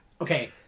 okay